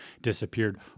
disappeared